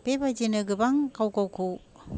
बेबायदिनो गोबां गाव गावखौ